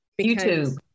YouTube